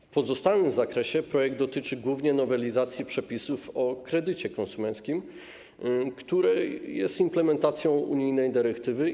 W pozostałym zakresie projekt dotyczy głównie nowelizacji przepisów o kredycie konsumenckim, które są implementacją unijnej dyrektywy.